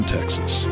Texas